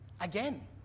again